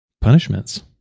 punishments